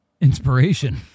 inspiration